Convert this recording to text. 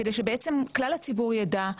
כדי שבעצם כלל הציבור ידע,